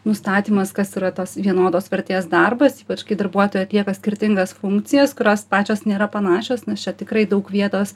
nustatymas kas yra tas vienodos vertės darbas ypač kai darbuotojai atlieka skirtingas funkcijas kurios pačios nėra panašios nes čia tikrai daug vietos